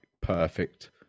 perfect